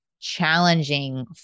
challenging